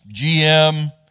GM